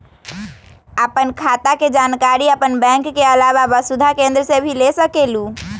आपन खाता के जानकारी आपन बैंक के आलावा वसुधा केन्द्र से भी ले सकेलु?